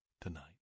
tonight